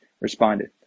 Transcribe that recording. responded